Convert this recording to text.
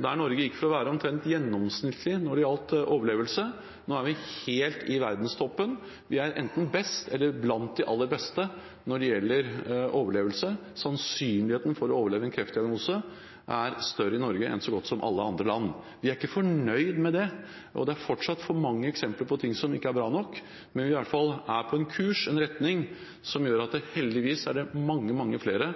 Norge har gått fra å være gjennomsnittlig når det gjelder overlevelse, til nå å ligge helt i verdenstoppen. Vi er enten best eller blant de aller beste når det gjelder overlevelse. Sannsynligheten for å overleve en kreftdiagnose er større i Norge enn så godt som i alle andre land. Vi er ikke fornøyd med det. Det er fortsatt for mange eksempler på ting som ikke er bra nok. Men vi er iallfall på en kurs som heldigvis gjør at det er mange flere